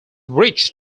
reached